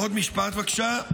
עוד משפט בבקשה.